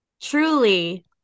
truly